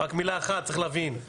צריך להבין,